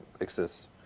exists